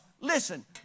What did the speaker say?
listen